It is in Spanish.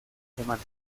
semana